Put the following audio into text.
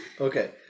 Okay